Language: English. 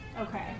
Okay